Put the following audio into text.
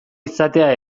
izatea